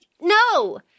no